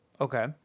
Okay